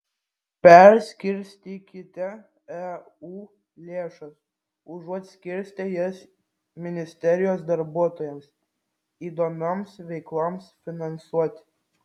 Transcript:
perskirstykite eu lėšas užuot skirstę jas ministerijos darbuotojams įdomioms veikloms finansuoti